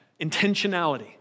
Intentionality